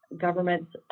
governments